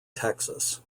texas